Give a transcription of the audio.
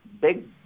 big